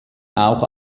auch